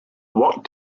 what